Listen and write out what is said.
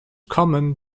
common